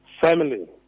family